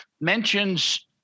mentions